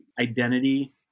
identity